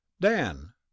Dan